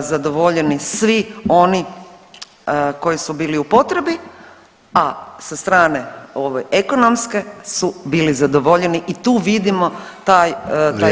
zadovoljeni svi oni koji su bili u potrebi, a sa strane ove ekonomske su bili zadovoljeni i tu vidimo taj [[Upadica: Vrijeme.]] taj disbalans.